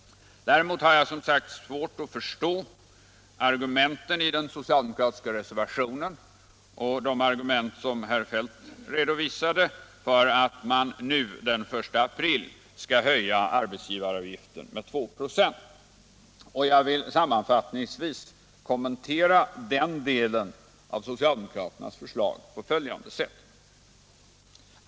Däremot har jag som sagt svårt att förstå argumentet i den socialdemokratiska reservationen och de argument som herr Feldt redovisade för att höja arbetsgivaravgiften med 2 96 från den 1 april. Jag vill sammanfattningsvis kommentera den delen av socialdemokraternas förslag på följande sätt.